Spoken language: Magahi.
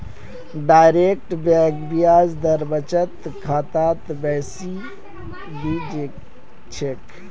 डायरेक्ट बैंक ब्याज दर बचत खातात बेसी दी छेक